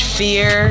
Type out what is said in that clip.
fear